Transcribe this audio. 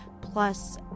Plus